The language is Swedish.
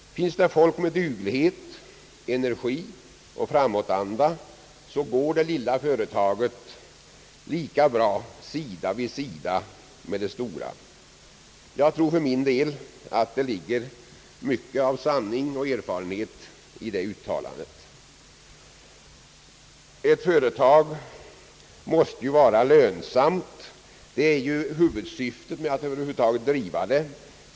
Finns det folk med duglighet, energi och framåtanda, klarar sig det lilla företaget lika bra sida vid sida med det stora. Jag tror för min del ati det ligger mycket av sanning och erfarenhet i detta uttalande. Ett företag måste vara lönsamt. Det är ju huvudsyftet med dess bedrivande över huvud taget.